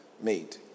made